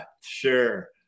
Sure